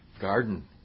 garden